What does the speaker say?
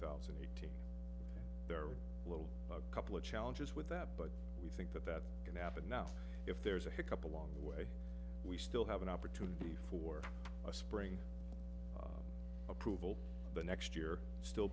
thousand and eight there are little a couple of challenges with that but we think that that can happen now if there's a hiccup along the way we still have an opportunity for a spring approval the next year still